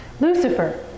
Lucifer